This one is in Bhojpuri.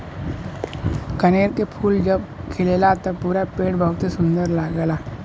कनेर के फूल जब खिलला त पूरा पेड़ बहुते सुंदर लगला